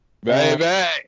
baby